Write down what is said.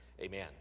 Amen